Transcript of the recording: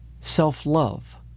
self-love